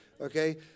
okay